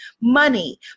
money